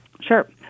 Sure